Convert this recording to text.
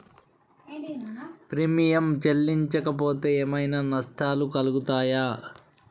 Premium చెల్లించకపోతే ఏమైనా నష్టాలు కలుగుతయా?